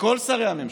וכל שרי הממשלה,